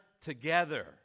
together